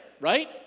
Right